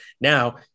now